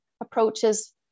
approaches